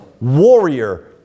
warrior